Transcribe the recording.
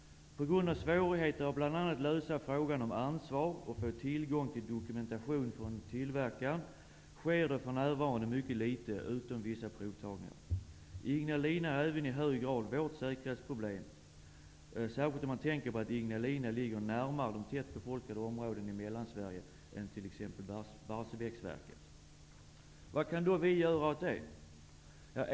På grund av svårigheter med att bl.a. lösa frågan om ansvar och att få tillgång till dokumentation från tillverkaren, sker det för närvarande mycket litet förutom vissa provtagningar. Ignalina är även i hög grad vårt säkerhetsproblem, särskilt med tanke på att Ignalina ligger närmare de tätt befolkade områdena i Mellansverige än vad t.ex. Barsebäcksverket gör. Vad kan vi då göra åt det?